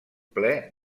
ple